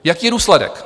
Jaký je důsledek?